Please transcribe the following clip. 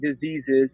diseases